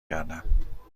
کردم